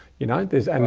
you know, there's, and